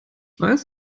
weiß